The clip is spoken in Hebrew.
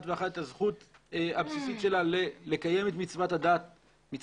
את הזכות הבסיסית שלה לקיים את מצוות הדת.